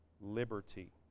liberty